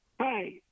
Hi